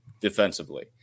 defensively